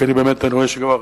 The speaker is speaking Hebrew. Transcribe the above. כי אני באמת רואה שכבר,